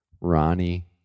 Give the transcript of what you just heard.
Ronnie